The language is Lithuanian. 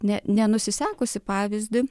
ne nenusisekusį pavyzdį